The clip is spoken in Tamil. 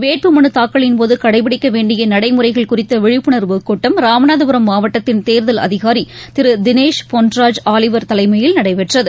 வேட்பு மனு தாக்கலின் போது கடைப்பிடிக்க வேண்டிய நடைமுறைகள் குறித்த விழிப்புணர்வு கூட்டம் ராமநாதபுரம் மாவட்டத்தின் தேர்தல் அதிகாரி திரு தினேஷ் பொன்ராஜ் ஆலிவர் தலைமையில் நடைபெற்றது